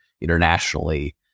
internationally